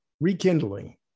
rekindling